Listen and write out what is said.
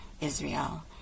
Israel